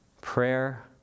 prayer